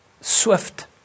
swift